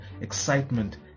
excitement